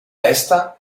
esta